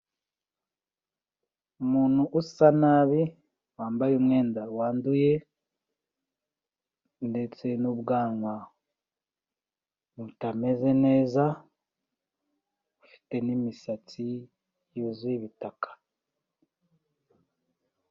Umuntu usa nabi wambaye umwenda wanduye ndetse n'ubwanwa butameze neza ufite n'imisatsi yuzuye ibitaka.